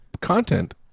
content